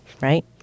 Right